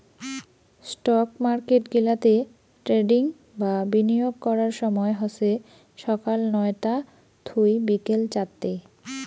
stock market গিলাতে trading বা বিনিয়োগ করার সময় হসে সকাল নয়তা থুই বিকেল চারতে